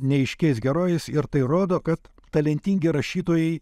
neaiškiais herojais ir tai rodo kad talentingi rašytojai